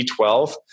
B12